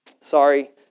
Sorry